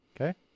okay